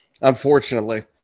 unfortunately